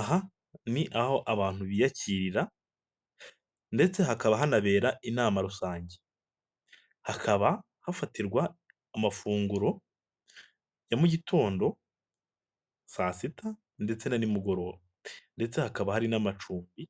Aha ni aho abantu biyakirira ndetse hakaba hanabera inama rusange. Hakaba hafatirwa amafunguro ya mu gitondo, saa sita ndetse na nimugoroba. Ndetse hakaba hari n'amacumbi